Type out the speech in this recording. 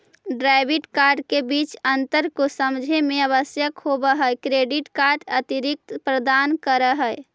Debit card के बीच अंतर को समझे मे आवश्यक होव है क्रेडिट कार्ड अतिरिक्त प्रदान कर है?